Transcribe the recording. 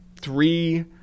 three